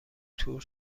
تور